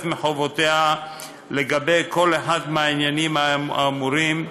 מחובותיה לגבי כל אחד מהעניינים האמורים,